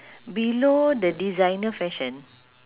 below the designer fashion